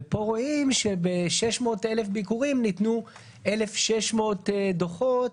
ופה רואים שב-600,000 ביקורים ניתנו 1,600 דוחות,